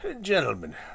Gentlemen